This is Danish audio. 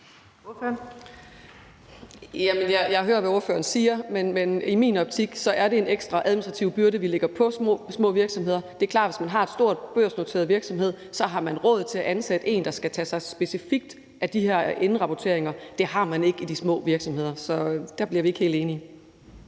Jeg hører, hvad ordføreren siger, men i min optik er det en ekstra administrativ byrde, vi lægger på små virksomheder. Det er klart, at man, hvis man har en stor børsnoteret virksomhed, så har råd til at ansætte en, der specifikt skal tage sig af de her indrapporteringer. Det har man ikke i de små virksomheder. Så der bliver vi ikke helt enige.